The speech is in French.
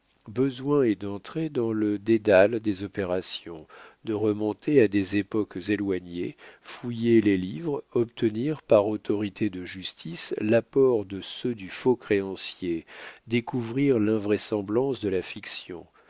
besoin est d'entrer dans le dédale des opérations de remonter à des époques éloignées fouiller les livres obtenir par autorité de justice l'apport de ceux du faux créancier découvrir l'invraisemblance de la fiction